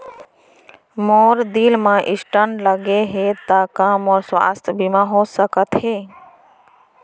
मोर दिल मा स्टन्ट लगे हे ता का मोर स्वास्थ बीमा हो सकत हे?